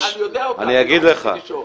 אני אגיד לך,